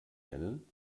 nennen